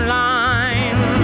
line